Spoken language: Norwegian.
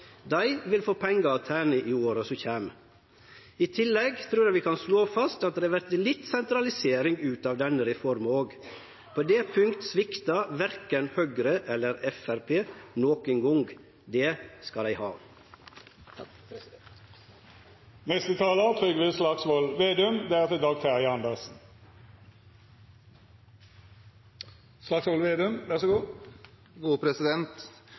Dei vil få pengar å tene i åra som kjem. I tillegg trur eg vi kan slå fast at det kjem litt sentralisering ut av denne reforma òg. På det punktet sviktar verken Høgre eller Framstegspartiet nokon gong. Det skal dei ha.